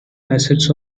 assets